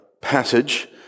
passage